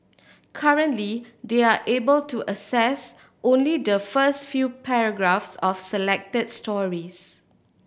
currently they are able to access only the first few paragraphs of selected stories